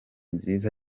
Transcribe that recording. nziza